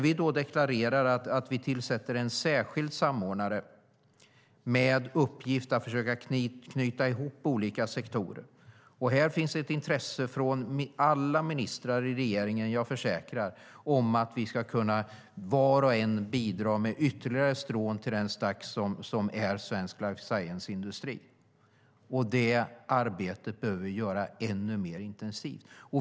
Vi har deklarerat att vi tillsätter en särskild samordnare med uppgift att försöka knyta ihop olika sektorer. Det finns ett intresse från alla ministrar i regeringen - det försäkrar jag - om att var och en ska kunna bidra med ytterligare strån till den stack som är svensk life science-industri. Det arbetet behöver vi göra ännu mer intensivt.